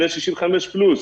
לגבי בני 65 פלוס.